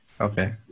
Okay